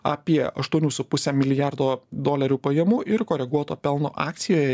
apie aštuonių su puse milijardo dolerių pajamų ir koreguoto pelno akcijoj